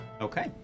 Okay